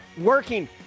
working